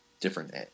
different